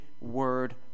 word